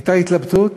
הייתה התלבטות,